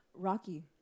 Rocky